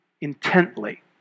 intently